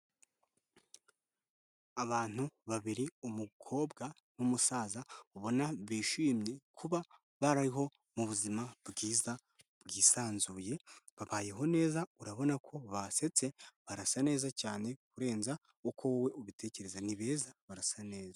Abantu babiri umukobwa n'umusaza ubona bishimye kuba bariho mu buzima bwiza bwisanzuye, babayeho neza urabona ko basetse, barasa neza cyane kurenza uko wowe ubitekereza. Ni beza barasa neza.